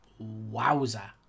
Wowza